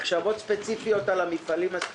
מחשבות ספציפיות על המפעלים הספציפיים,